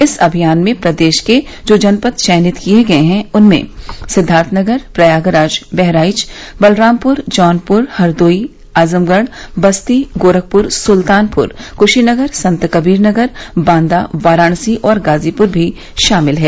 इस अभियान में प्रदेश के जो जनपद चयनित किये गये हैं उनमें सिद्वार्थनगर प्रयागराज बहराइच बलरामपुर जौनपुर हरदोई आजमगढ़ बस्ती गोरखपुर सुल्तानपुर क्शीनगर संतकबीरनगर बांदा वाराणसी और गाजीपुर भी शामिल है